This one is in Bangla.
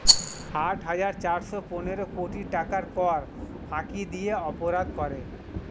আট হাজার চারশ পনেরো কোটি টাকার কর ফাঁকি দিয়ে অপরাধ করে